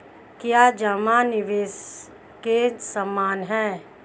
क्या जमा निवेश के समान है?